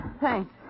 Thanks